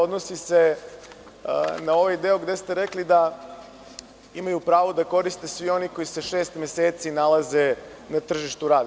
Odnosi se na ovaj deo gde ste rekli da imaju pravo da koriste svi oni koji se šest meseci nalaze na tržištu rada.